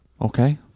Okay